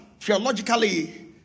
theologically